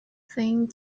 thing